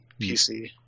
PC